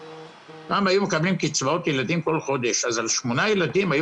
פעם היו מקבלים קצבאות ילדים כל חודש אז על 8 ילדים היו